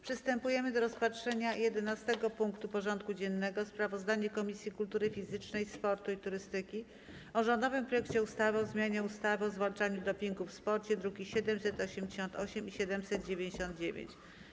Przystępujemy do rozpatrzenia punktu 11. porządku dziennego: Sprawozdanie Komisji Kultury Fizycznej, Sportu i Turystyki o rządowym projekcie ustawy o zmianie ustawy o zwalczaniu dopingu w sporcie (druki nr 1788 i 1799)